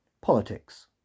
Politics